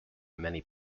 many